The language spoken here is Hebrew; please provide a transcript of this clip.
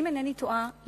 אם אינני טועה,